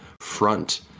Front